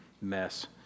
mess